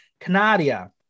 Canadia